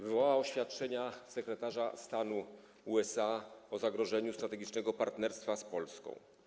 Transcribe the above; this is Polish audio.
Wywołała też oświadczenia sekretarza stanu USA o zagrożeniu strategicznego partnerstwa z Polską.